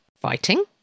Fighting